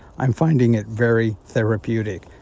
i'm finding it very therapeutic.